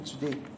today